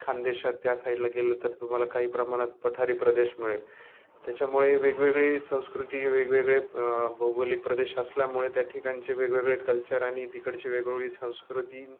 खानदेशात त्या साईडला गेलं तर तुम्हाला काही प्रमानात पठारी प्रदेश मिळेल त्याच्यामुळे वेगवेगळी संस्कृती वेगवेगळे भौगोलिक प्रदेश असल्यामुळे त्या ठिकाणचे वेगवेगळे कल्चर आणि तिकडची वेगवेगळी संस्कृती